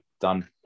done